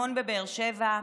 המון בבאר שבע,